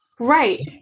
Right